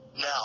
Now